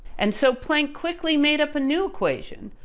and so, planck quickly made up a new equation,